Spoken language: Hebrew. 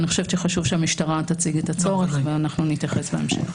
אני חושבת שחשוב שהמשטרה תציג את הצורך ואנחנו נתייחס בהמשך.